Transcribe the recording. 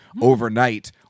overnight